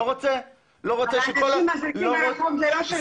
אבל אנשים מזריקים ברחוב זה לא שלנו.